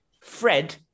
Fred